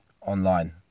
online